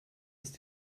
ist